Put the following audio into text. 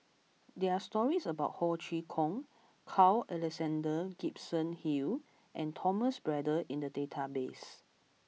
there are stories about Ho Chee Kong Carl Alexander Gibson Hill and Thomas Braddell in the database